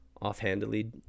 Offhandedly